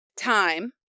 time